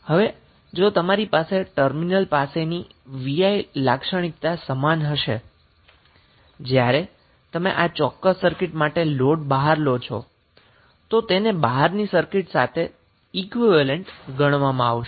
હવે જો તમારી પાસે ટર્મિનલ પાસેની V I લાક્ષણિકતા સમાન હશે હવે જ્યારે તમે આ ચોક્કસ સર્કિટ માટે લોડ બહાર લો છો તો તેને બહારની સર્કિંટ સાથે ઈક્વીવેલેન્ટ ગણવામાં આવશે